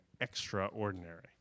extraordinary